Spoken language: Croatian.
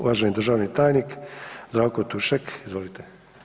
Uvaženi državni tajnik Zdravko Tušek, izvolite.